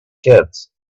kids